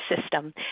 system